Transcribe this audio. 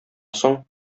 соң